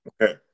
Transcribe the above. Okay